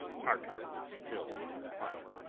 harker was still and quiet